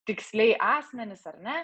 tiksliai asmenis ar ne